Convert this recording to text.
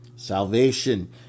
Salvation